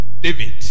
david